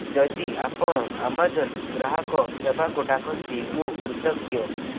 ଯଦି ଆପଣ ଆମାଜନ୍ ଗ୍ରାହକ ସେବାକୁ ଡାକନ୍ତି ମୁଁ କୃତଜ୍ଞ